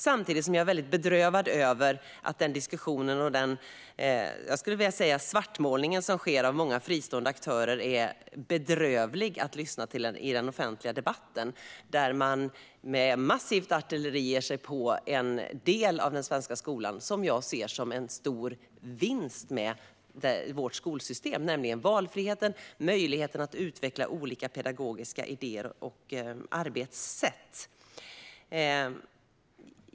Samtidigt är jag mycket bedrövad över att den diskussion och den svartmålning som sker när det gäller många fristående aktörer är bedrövlig att lyssna till i den offentliga debatten. Med massivt artilleri ger man sig på en del av den svenska skolan som jag ser som en stor vinst med vårt skolsystem, nämligen valfriheten och möjligheten att utveckla olika pedagogiska idéer och arbetssätt.